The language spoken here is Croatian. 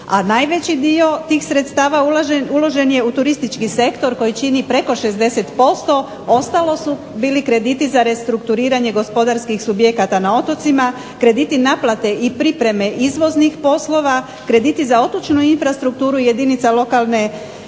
najveći dio tih sredstava uložen je u turistički sektor koji čini preko 60%. Ostalo su bili krediti za restrukturiranje gospodarskih subjekata na otocima, krediti naplate i pripreme izvoznih poslova, krediti za otočnu infrastrukturu i jedinica lokalne